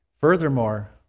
Furthermore